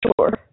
sure